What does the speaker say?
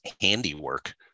handiwork